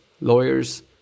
lawyers